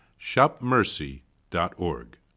shopmercy.org